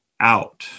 out